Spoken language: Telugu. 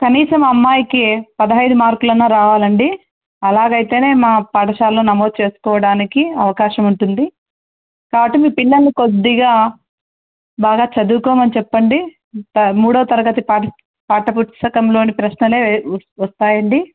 కనీసం అమ్మాయికి పదిహేను మార్కులు అన్నా రావాలండి అలాగైతే మా పాఠశాలలో నమోదు చేసుకోవడానికి అవకాశం ఉంటుంది కాబట్టి మీ పిల్లల్లు కొద్దిగా బాగా చదువుకోమని చెప్పండి మూడవ తరగతి పాఠ పాఠ్యపుస్తకంలోని ప్రశ్నలు వస్తాయి అండి